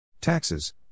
Taxes